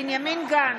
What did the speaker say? בנימין גנץ,